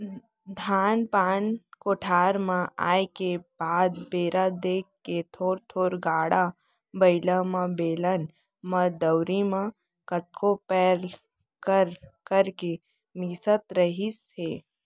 धान पान कोठार म आए के बाद बेरा देख के थोर थोर गाड़ा बइला म, बेलन म, दउंरी म कतको पैर कर करके मिसत रहिस हे